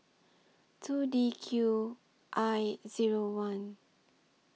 two D Q I Zero one